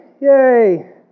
Yay